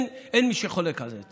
אין מי שחולק על זה.